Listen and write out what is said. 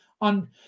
on